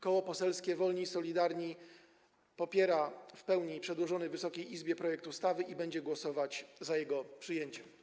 Koło Poselskie Wolni i Solidarni w pełni popiera przedłożony Wysokiej Izbie projekt ustawy i będzie głosować za jego przyjęciem.